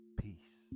peace